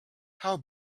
how